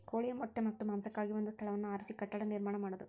ಕೋಳಿಯ ಮೊಟ್ಟೆ ಮತ್ತ ಮಾಂಸಕ್ಕಾಗಿ ಒಂದ ಸ್ಥಳವನ್ನ ಆರಿಸಿ ಕಟ್ಟಡಾ ನಿರ್ಮಾಣಾ ಮಾಡುದು